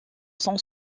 son